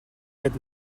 гээд